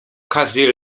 każdy